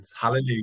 Hallelujah